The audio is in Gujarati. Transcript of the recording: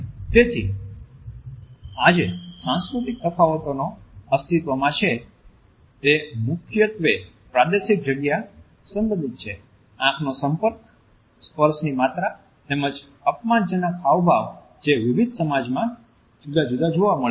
તેથી આજે સાંસ્કૃતિક તફાવતો અસ્તિત્વમાં છે તે મુખ્યત્વે પ્રાદેશિક જગ્યા સંબંધિત છે આંખ નો સંપર્ક સ્પર્શની માત્રા તેમજ અપમાનજનક હાવભાવ જે વિવિધ સમાજમાં જુદા જોવા મળે છે